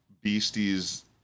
beasties